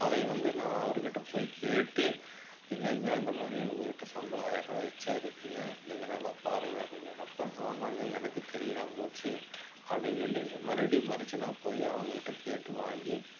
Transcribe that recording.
அதை வந்து நான் அவர் கிட்டே போய் கேட்டு இல்லைங்க இந்த மாதிரி உங்ககிட்ட சம்பளம் ஆயிரருபாய் எச்சா இருக்குதுங்க நீங்கள் நல்லா பாருங்க அப்படினு சொன்ன அப்புறம் ஆமாங்க எனக்கு தெரியாமல் போச்சு அப்படினு சொல்லி மறுபடியும் மறுச்சுனால் போய் அவங்க கிட்டே கேட்டு வாங்கி